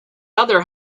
other